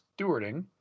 Stewarding